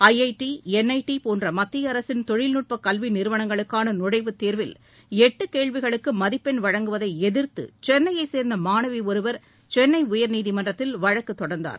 I I T N I T போன்ற மத்திய அரசின் தொழில்நுட்ப கல்வி நிறுவனங்களுக்கான நுழைவுத்தேர்வில் எட்டு கேள்விகளுக்கு மதிப்பெண் வழங்குவதை எதிர்த்து சென்னையை சேர்ந்த மாணவி ஒருவர் சென்னை உயர்நீதிமன்றத்தில் வழக்கு தொடர்ந்தார்